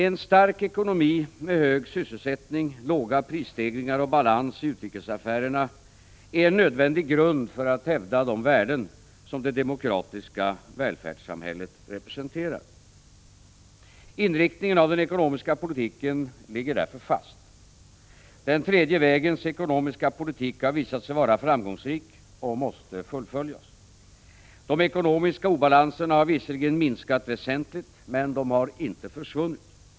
En stark ekonomi med hög sysselsättning, låga prisstegringar och balans i utrikesaffärerna utgör en nödvändig grund för att hävda de värden, som det demokratiska välfärdssamhället representerar. Inriktningen av den ekonomiska politiken ligger därför fast. Den tredje vägens ekonomiska politik har visat sig vara framgångsrik och måste fullföljas. De ekonomiska obalanserna har visserligen minskat väsentligt, men de har inte försvunnit.